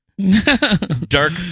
dark